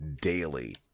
daily